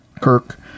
Kirk